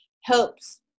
helps